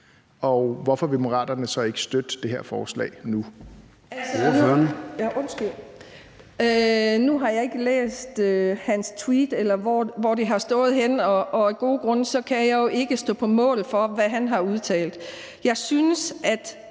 Ordføreren. Kl. 16:55 Charlotte Bagge Hansen (M): Nu har jeg ikke læst hans tweet, eller hvor det har stået henne, og af gode grunde kan jeg jo ikke stå på mål for, hvad han har udtalt. Og hvis det